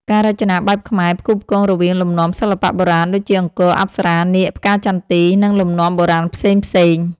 ការរចនាបែបខ្មែរ ផ្គូផ្គងរវាងលំនាំសិល្បៈបុរាណ ដូចជា អង្គរ អប្សរា នាគ ផ្កាចន្ទី និងលំនាំបុរាណផ្សេងៗ